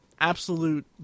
absolute –